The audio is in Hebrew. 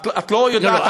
את לא יודעת על מה את מדברת.